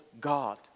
God